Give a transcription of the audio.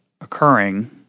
occurring